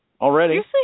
Already